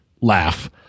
laugh